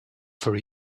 for